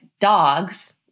dogs